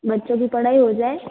बच्चों की पढ़ाई हो जाए